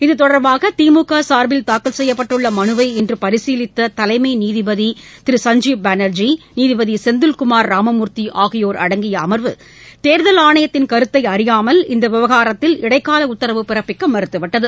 இத்தொடர்பாக திமுக சார்பில் தாக்கல் செய்யப்பட்டுள்ள மனுவை இன்று பரிசீலித்த தலைமை நீதிபதி திரு சஞ்ஜீப் பானர்ஜி நீதிபதி செந்தில்குமார் ராமமூர்த்தி ஆகியோர் அடங்கிய அமர்வு தேர்தல் ஆணையத்தின் கருத்தை அறியாமல் இந்த விவகாரத்தில் இடைக்கால உத்தரவு பிறப்பிக்க மறுத்துவிட்டது